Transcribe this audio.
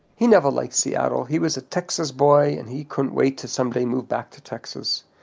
he never liked seattle. he was a texas boy and he couldn't wait to someday move back to texas.